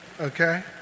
okay